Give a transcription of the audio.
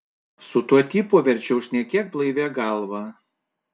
su tuo tipu verčiau šnekėk blaivia galva